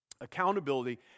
Accountability